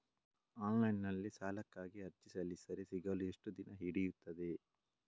Online ನಲ್ಲಿ ಸಾಲಕ್ಕಾಗಿ ಅರ್ಜಿ ಸಲ್ಲಿಸಿದರೆ ಸಿಗಲು ಎಷ್ಟು ದಿನ ಹಿಡಿಯುತ್ತದೆ?